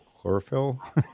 Chlorophyll